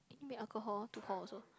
make alcohol too cold also